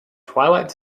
twilight